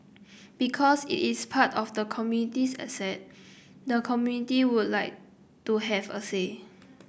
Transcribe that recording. because it is part of the community's asset the community would like to have a say